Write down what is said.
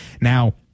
now